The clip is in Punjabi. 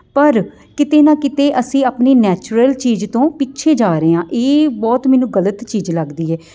ਪਰ ਕਿਤੇ ਨਾ ਕਿਤੇ ਅਸੀਂ ਆਪਣੀ ਨੈਚੁਰਲ ਚੀਜ਼ ਤੋਂ ਪਿੱਛੇ ਜਾ ਰਹੇ ਹਾਂ ਇਹ ਬਹੁਤ ਮੈਨੂੰ ਗਲਤ ਚੀਜ਼ ਲੱਗਦੀ ਹੈ